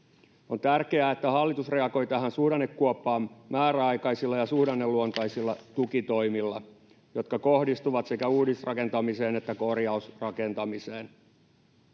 On tärkeää, että hallitus reagoi tähän suhdannekuoppaan määräaikaisilla ja suhdanneluonteisilla tukitoimilla, jotka kohdistuvat sekä uudisrakentamiseen että korjausrakentamiseen.